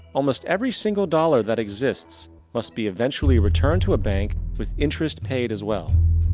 almost every single dollar that exists must be eventually returned to a bank with interest payed as well.